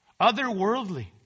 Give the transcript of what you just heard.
Otherworldly